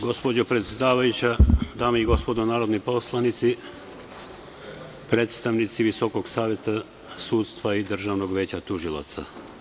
Gospođo predsedavajuća, dame i gospodo narodni poslanici, predstavnici Visokog saveta sudstva i Državnog veća tužilaca.